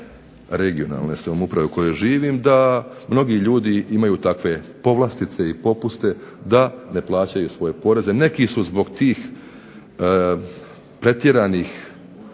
regionalne samouprave u kojoj živim da mnogi ljudi imaju takve povlastice i popuste da ne plaćaju svoje poreze. Neki su zbog tih pretjeranih